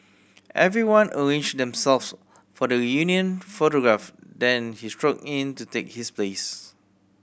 everyone arranged themselves for the reunion photograph then he strode in to take his place